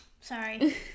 Sorry